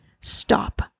stop